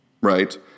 right